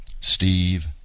steve